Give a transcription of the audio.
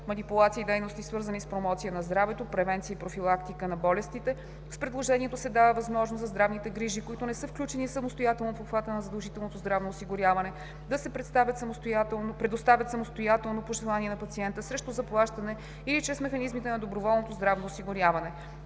манипулации и дейности, свързани с промоция на здравето, превенция и профилактика на болестите. С предложението се дава възможност здравните грижи, които не са включени самостоятелно в обхвата на задължителното здравно осигуряване, да се предоставят самостоятелно по желание на пациента срещу заплащане или чрез механизмите на доброволното здравно осигуряване.